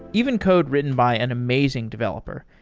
even code written by an amazing developer.